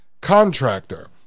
contractor